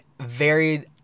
varied